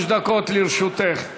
דקות לרשותך.